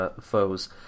foes